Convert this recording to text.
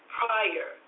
prior